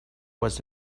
was